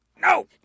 no